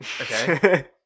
Okay